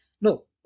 no